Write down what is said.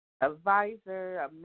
advisor